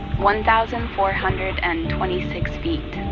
one thousand four hundred and twenty six feet.